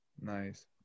nice